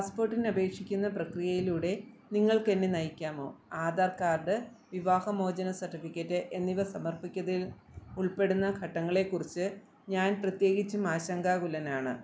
പാസ്പോർട്ടിന് അപേക്ഷിക്കുന്ന പ്രക്രിയയിലൂടെ നിങ്ങൾക്ക് എന്നെ നയിക്കാമോ ആധാർ കാർഡ് വിവാഹമോചന സർട്ടിഫിക്കറ്റ് എന്നിവ സമർപ്പിക്കുന്നതിൽ ഉൾപ്പെടുന്ന ഘട്ടങ്ങളെക്കുറിച്ച് ഞാൻ പ്രത്യേകിച്ചും ആശങ്കാകുലനാണ്